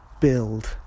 build